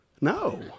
No